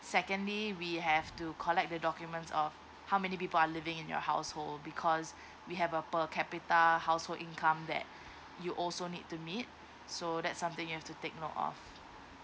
secondly we have to collect the document of how many people are living in your household because we have a per capita household income that you also need to meet so that's something you have to take note of